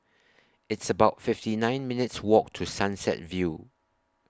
It's about fifty nine minutes' Walk to Sunset View